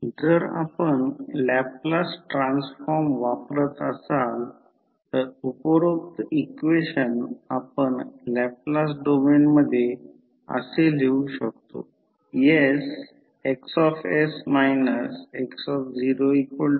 जर आपण Laplace transform वापरत असाल तर उपरोक्त इक्वेशन आपण लॅपलास डोमेनमध्ये असे लिहू शकतो